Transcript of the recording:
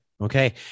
Okay